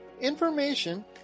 information